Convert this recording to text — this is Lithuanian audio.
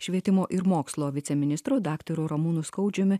švietimo ir mokslo viceministro daktaru ramūnu skaudžiumi